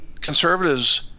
conservatives